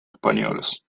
españoles